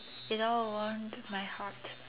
you know warmed my heart